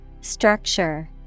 Structure